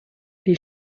die